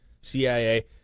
CIA –